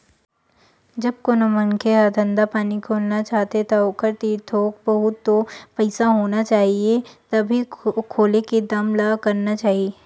जब कोनो मनखे ह धंधा पानी खोलना चाहथे ता ओखर तीर थोक बहुत तो पइसा होना ही चाही तभे खोले के दम ल करना चाही